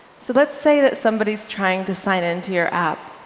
so let's say that somebody is trying to sign in to your app,